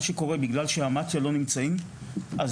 מה שקורה בגלל שאמ"ץ לא נמצאים אז